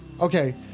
Okay